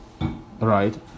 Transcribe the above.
Right